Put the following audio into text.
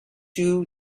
you